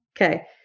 Okay